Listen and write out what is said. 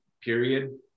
period